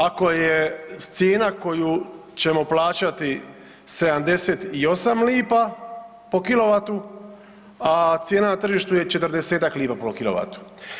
Ako je cijena koju ćemo plaćati 78 lipa po kilovatu, a cijena na tržištu je 40-ak lipa po kilovatu.